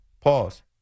Pause